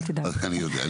אני יודע.